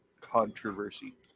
controversy